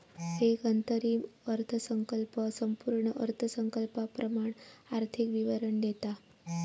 एक अंतरिम अर्थसंकल्प संपूर्ण अर्थसंकल्पाप्रमाण आर्थिक विवरण देता